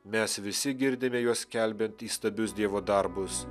mes visi girdime juos skelbiant įstabius dievo darbus